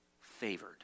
favored